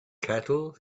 cattle